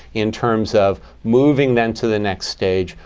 in terms of moving them to the next stage,